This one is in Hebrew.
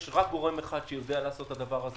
יש רק גורם אחד שיודע לעשות את הדבר הזה,